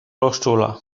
rozczula